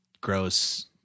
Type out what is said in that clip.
gross